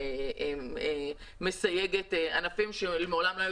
אני כן הייתי מסייגת ענפים שמעולם לא היו